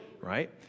right